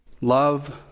Love